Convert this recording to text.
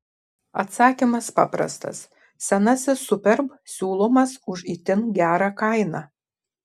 atsakymas paprastas senasis superb siūlomas už itin gerą kainą